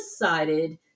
decided